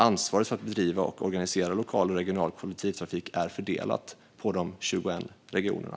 Ansvaret för att bedriva och organisera lokal och regional kollektivtrafik är dock fördelat på de 21 regionerna.